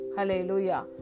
Hallelujah